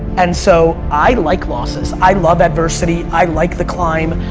and so i like loses. i love adversity. i like the climb.